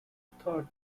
thought